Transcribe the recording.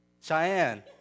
Cheyenne